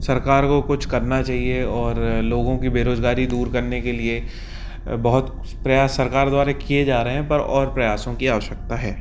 सरकार को कुछ करना चाहिए और लोगों की बेरोज़गारी दूर करने के लिए बहुत प्रयास सरकार द्वारा किए जा रहे हैं पर और प्रयासों की आवश्यकता है